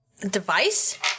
Device